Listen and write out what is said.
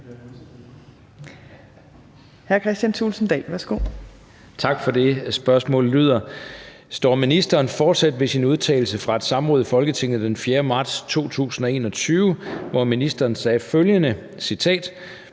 Kristian Thulesen Dahl (DF): Tak for det. Spørgsmålet lyder: Står ministeren fortsat ved sin udtalelse fra et samråd i Folketinget den 4. marts 2021, hvor ministeren sagde følgende: »PET